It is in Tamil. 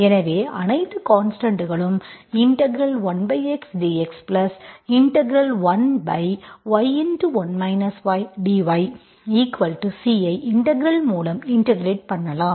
எனவே அனைத்து கான்ஸ்டன்ட்களும் 1xdx1y1 ydyC ஐ இன்டெக்ரல் மூலம் இன்டெகிரெட் பண்ணலாம்